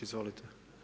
Izvolite.